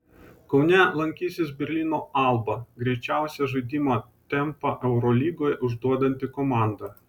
kaune lankysis berlyno alba greičiausią žaidimo tempą eurolygoje užduodanti komanda